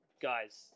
Guys